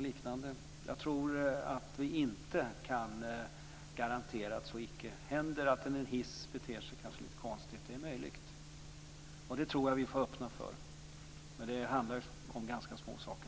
liknande kan stanna. Jag tror att vi inte kan garantera att så icke händer. En hiss kanske beter sig lite konstigt; det är möjligt. Det tror jag att vi får öppna för. Men det handlar faktiskt om ganska små saker.